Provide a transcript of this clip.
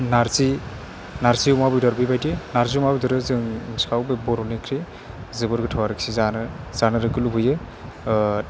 नार्जि नार्जि अमा बेदर बेबायदि नार्जि अमा बेदरा जों सायाव बर'नि ओंख्रि जोबोर गोथाव आरोखि जानो जानोबो लुगैयो